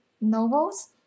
novels